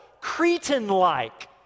Cretan-like